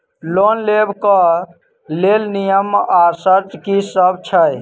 Loan लेबऽ कऽ लेल नियम आ शर्त की सब छई?